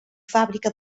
fàbrica